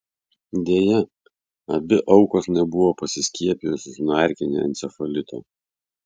deja abi aukos nebuvo pasiskiepijusios nuo erkinio encefalito